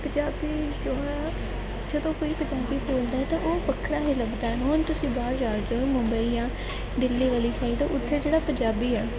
ਪੰਜਾਬੀ ਜੋ ਹੈ ਜਦੋਂ ਕੋਈ ਪੰਜਾਬੀ ਬੋਲਦਾ ਹੈ ਤਾਂ ਉਹ ਵੱਖਰਾ ਹੀ ਲੱਗਦਾ ਹੁਣ ਤੁਸੀਂ ਬਾਹਰ ਜਾ ਜਾਓ ਮੁੰਬਈ ਜਾਂ ਦਿੱਲੀ ਵਾਲੀ ਸਾਈਡ ਉੱਥੇ ਜਿਹੜਾ ਪੰਜਾਬੀ ਆ